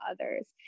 others